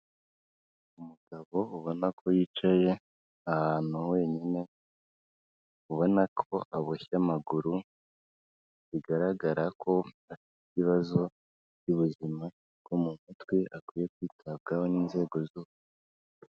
Umugabo ubona ko yicaye ahantu wenyine, ubona ko aboshye amaguru, bigaragara ko afite ibibazo by'ubuzima bwo mu mutwe, akwiye kwitabwaho n'inzego.